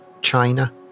China